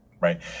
Right